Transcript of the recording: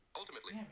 Ultimately